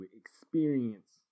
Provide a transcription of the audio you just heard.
experience